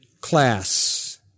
class